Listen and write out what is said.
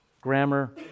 Grammar